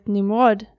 Nimrod